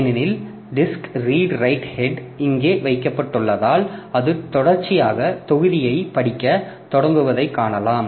ஏனெனில் disk read write head இங்கே வைக்கப்பட்டுள்ளதால் அது தொடர்ச்சியாக தொகுதியைப் படிக்கத் தொடங்குவதைக் காணலாம்